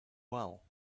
well